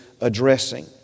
addressing